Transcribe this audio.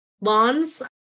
lawns